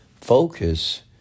Focus